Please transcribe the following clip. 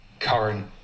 current